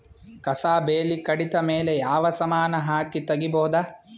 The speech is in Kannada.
ಕಸಾ ಬೇಲಿ ಕಡಿತ ಮೇಲೆ ಯಾವ ಸಮಾನ ಹಾಕಿ ತಗಿಬೊದ?